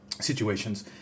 situations